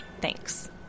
Thanks